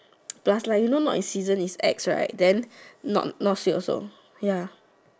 plus like you know not in season is ex right then not not sweet also ya